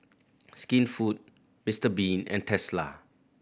Skinfood Mister Bean and Tesla